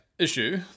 issue